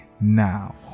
now